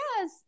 yes